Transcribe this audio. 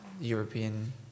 European